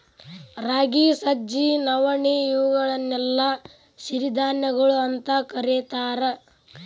ರಾಗಿ, ಸಜ್ಜಿ, ನವಣಿ, ಇವುಗಳನ್ನೆಲ್ಲ ಸಿರಿಧಾನ್ಯಗಳು ಅಂತ ಕರೇತಾರ